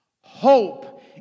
Hope